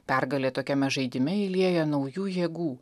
pergalė tokiame žaidime įlieja naujų jėgų